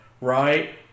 right